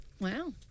Wow